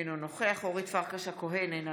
אינו נוכח אורית פרקש הכהן, אינה